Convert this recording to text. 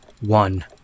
One